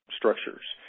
structures